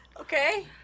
Okay